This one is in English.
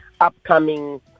upcoming